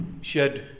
shed